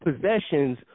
possessions